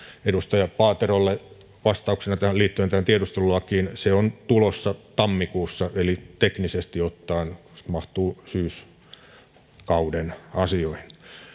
edustaja paaterolle vastauksena liittyen tiedustelulakiin se on tulossa tammikuussa eli teknisesti ottaen se mahtuu syyskauden asioihin